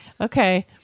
Okay